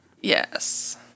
Yes